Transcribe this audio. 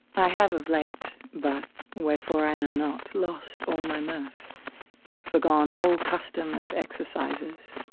i have of late but wherefore i know not, lost all my mirth forgone all custom of exercises,